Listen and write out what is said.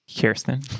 Kirsten